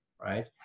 right